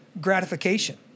gratification